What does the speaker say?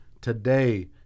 Today